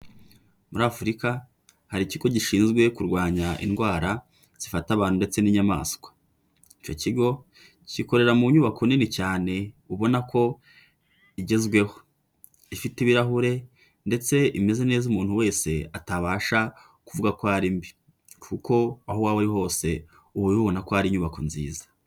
Muri Afurika hari ikigo gishinzwe kurwanya indwara zifata abantu ndetse n'inyamaswa, icyo kigo gikorera mu nyubako nini cyane ubona ko igezweho, ifite ibirahure ndetse imeze neza umuntu wese atabasha kuvuga ko ari mbi, kuko aho waba ari hose uba ubibona ko ari inyubako nziza.